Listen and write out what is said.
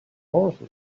horses